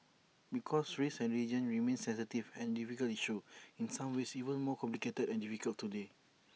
because race and region remain sensitive and difficult issues in some ways even more complicated and difficult today